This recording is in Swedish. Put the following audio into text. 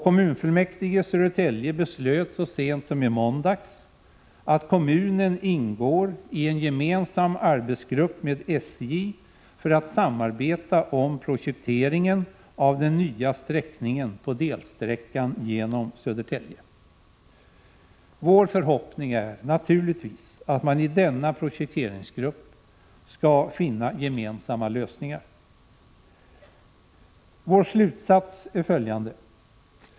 Kommunfullmäktige i Södertälje beslöt så sent som i måndags att kommunen skall ingå i en gemensam arbetsgrupp med SJ för att samarbeta om projekteringen av den nya sträckningen på delsträckan genom Södertälje. Vår förhoppning är naturligtvis att man i denna projekteringsgrupp skall finna gemensamma lösningar.